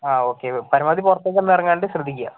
ആ ഓക്കെ പരമാവധി പുറത്തേക്ക് ഒന്നും ഇറങ്ങാണ്ട് ശ്രദ്ധിക്കുക